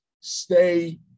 stay